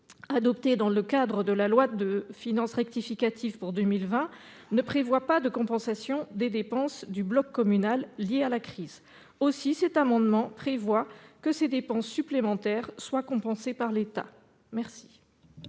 adopté dans le cadre de la loi de finances rectificative pour 2020, ne prévoit pas de compensation des dépenses du bloc communal liées à la crise. Aussi cet amendement vise-t-il à garantir que ces dépenses supplémentaires soient compensées par l'État.